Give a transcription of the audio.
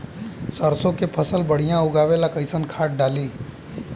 सरसों के फसल बढ़िया उगावे ला कैसन खाद डाली?